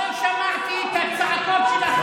הוא ניסה להרוג אותו.